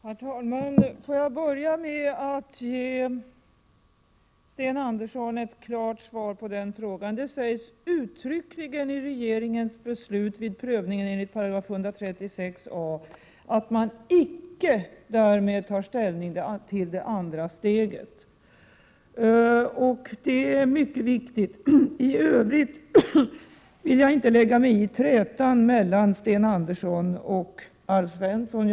Herr talman! Låt mig börja med att ge Sten Andersson i Malmö ett klart svar på den frågan. Det sägs uttryckligen i regeringens beslut i prövningen enligt 136 a § att man icke därmed tar ställning till det andra steget. Det är ett mycket viktigt konstaterande. I övrigt vill jag inte lägga mig i trätan mellan Sten Andersson och Alf Svensson.